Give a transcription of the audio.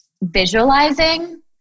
visualizing